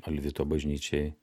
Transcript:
alvito bažnyčiai